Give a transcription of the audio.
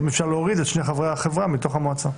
האם אפשר להוריד את שני החברים מתוך המועצה?